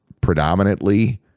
predominantly